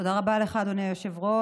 תודה רבה לך, אדוני היושב-ראש.